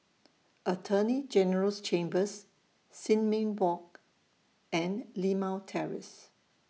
Attorney General's Chambers Sin Ming Walk and Limau Terrace